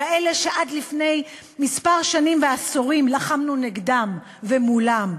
כאלה שעד לפני כמה שנים ועשורים לחמנו נגדן ומולן?